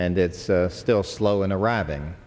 and it's still slow in arriving